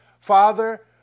Father